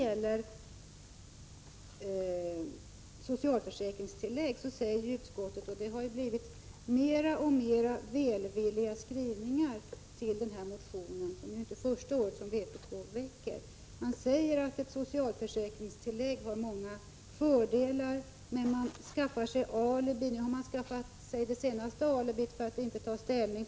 Beträffande socialförsäkringstillägget skriver utskottet — och här har det ju blivit allt välvilligare skrivningar, det är ju inte första året som vpk väcker den här motionen — att ett socialförsäkringstillägg har många fördelar. Men utskottet skaffar sig alibin för att inte behöva ta ställning.